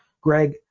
Greg